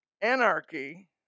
Anarchy